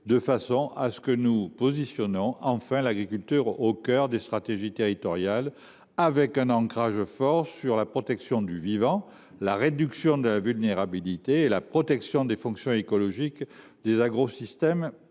seulement que nous pourrons replacer l’agriculture au cœur des stratégies territoriales avec un ancrage fort sur la préservation du vivant, la réduction de la vulnérabilité et la protection des fonctions écologiques des agroécosystèmes,